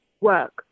work